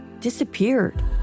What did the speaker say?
disappeared